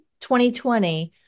2020